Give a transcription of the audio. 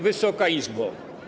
Wysoka Izbo!